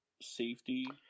safety